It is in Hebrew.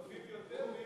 מצטרפים יותר.